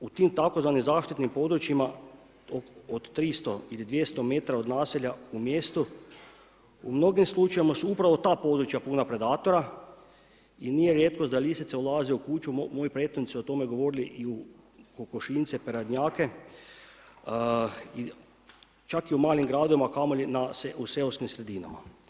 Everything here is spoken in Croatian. U tim tzv. zaštitnim područjima od 200 do 300m od naselja u mjestu u mnogim slučajevima su upravo ta područja puna predatora i nije rijetkost da lisice ulaze u kuću, moji prethodnici su o tome govorili, i u kokošinjce, peradnjake čak i u malim gradovima, a kamoli u seoskim sredinama.